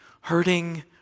hurting